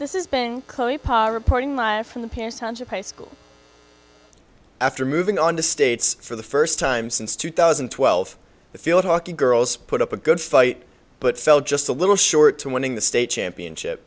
live from the past tons of high school after moving on to states for the first time since two thousand and twelve the field hockey girls put up a good fight but fell just a little short to winning the state championship